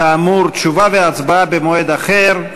כאמור, תשובה והצבעה במועד אחר.